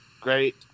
great